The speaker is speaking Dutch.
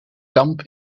kamp